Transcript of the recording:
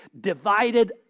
divided